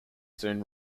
soon